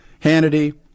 Hannity